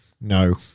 No